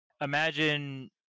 imagine